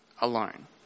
alone